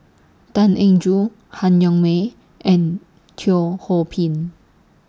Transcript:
Tan Eng Joo Han Yong May and Teo Ho Pin